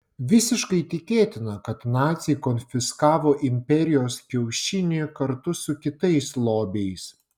visiškai tikėtina kad naciai konfiskavo imperijos kiaušinį kartu su kitais lobiais